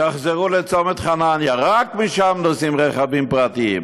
תחזרו לצומת חנניה, רק משם נוסעים רכבים פרטיים.